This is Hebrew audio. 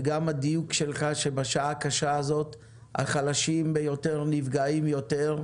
וגם הדיוק שלך שבשעה הקשה הזאת החלשים ביותר נפגעים יותר,